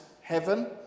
Heaven